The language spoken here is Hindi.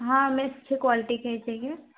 हाँ हमें अच्छे क्वालिटी के ही चाहिए